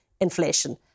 inflation